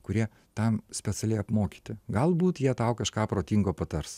kurie tam specialiai apmokyti galbūt jie tau kažką protingo patars